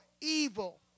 evil